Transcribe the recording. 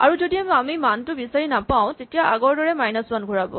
আৰু যদি আমি মানটো বিচাৰি নাপাও তেতিয়া আগৰদৰে মাইনাচ ৱান ঘূৰাব